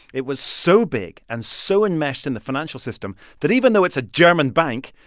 it was so big and so enmeshed in the financial system that even though it's a german bank,